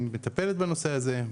היא מטפלת בנושא הזה,